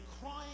crying